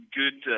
good